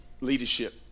leadership